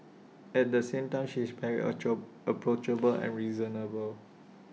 at the same time she is very ancho approachable and reasonable